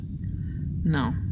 No